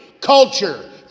culture